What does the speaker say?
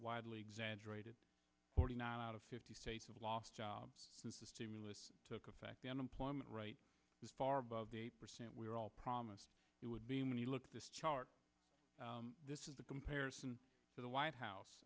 widely exaggerated forty nine out of fifty states have lost jobs since the stimulus took effect the unemployment rate is far above the percent we are all promised it would be many look at this chart this is a comparison to the white house